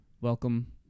welcome